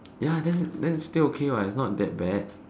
ya then then still okay what it's not that bad